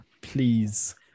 please